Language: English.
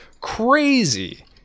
crazy